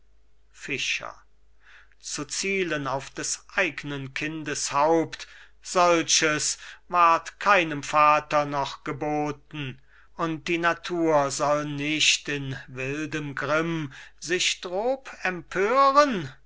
zu zielen auf des eignen kindes haupt solches ward keinem vater noch geboten und die natur soll nicht in wildem grimm sich drob empören